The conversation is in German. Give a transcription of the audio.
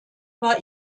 war